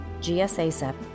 GSASEP